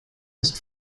ist